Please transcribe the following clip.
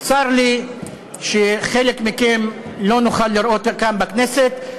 צר לי שחלק מכם לא נוכל לראות כאן בכנסת.